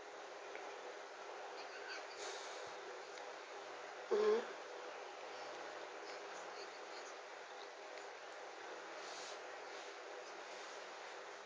mmhmm